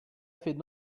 fait